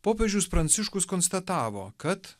popiežius pranciškus konstatavo kad